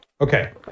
Okay